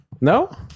No